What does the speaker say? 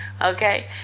okay